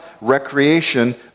recreation